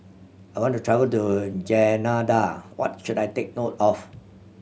I want to travel to Grenada what should I take note of